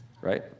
right